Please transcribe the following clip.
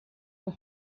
for